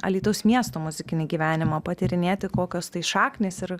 alytaus miesto muzikinį gyvenimą patyrinėti kokios tai šaknys ir